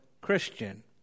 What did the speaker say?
Christian